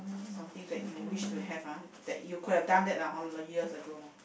something that you wish to have ah that you could have done that ah years ago lah